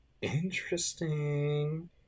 Interesting